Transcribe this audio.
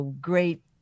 great